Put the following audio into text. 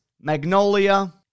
magnolia